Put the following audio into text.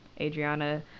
Adriana